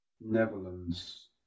Netherlands